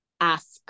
ask